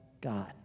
God